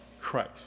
Christ